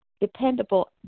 dependable